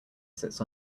sits